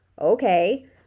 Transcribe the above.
okay